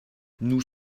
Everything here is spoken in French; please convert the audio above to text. nous